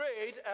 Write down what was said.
great